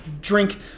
drink